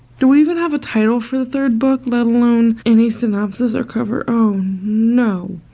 do we even have a title for the third book, let alone any synopsis or cover? oh no.